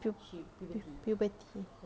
pub~ pub~ puberty